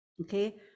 Okay